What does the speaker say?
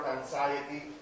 anxiety